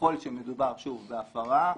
ככל שמדובר שוב בהפרה,